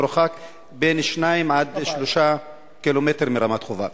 הוא מרוחק 2 3 ק"מ מרמת-חובב.